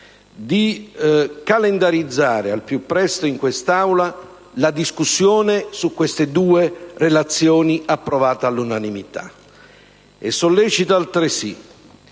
di calendarizzare al più presto in Aula la discussione su queste due relazioni approvate all'unanimità. Sollecito altresì